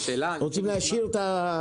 רוצים להשאיר ---?